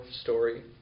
story